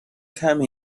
time